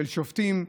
של שופטים.